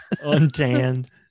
untanned